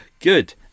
good